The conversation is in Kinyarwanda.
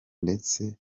ndetse